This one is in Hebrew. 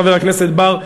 חבר הכנסת בר,